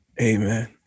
Amen